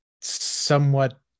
somewhat